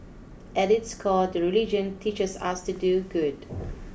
at its core the religion teaches us to do good